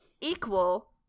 equal